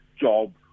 job